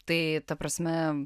tai ta prasme